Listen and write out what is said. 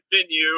venue